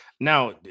Now